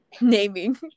naming